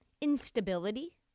instability